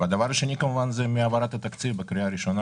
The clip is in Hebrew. הדבר השני שאני נרגש ממנו הוא העברת התקציב בקריאה ראשונה.